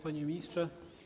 Panie Ministrze!